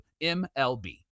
MLB